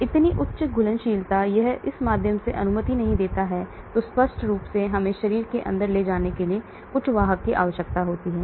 इतनी उच्च घुलनशीलता यह उस के माध्यम से अनुमति नहीं देता है तो स्पष्ट रूप से हमें शरीर के अंदर ले जाने के लिए कुछ वाहक की आवश्यकता होती है